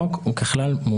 כאמור בסעיף 152(ב) לחוק,